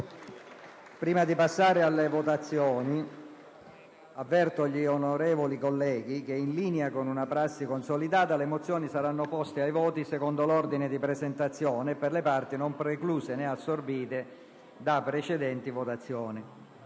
Prima di passare alla votazione delle mozioni, avverto gli onorevoli colleghi che, in linea con una prassi consolidata, le mozioni saranno poste ai voti secondo l'ordine di presentazione e per le parti non precluse né assorbite da precedenti votazioni.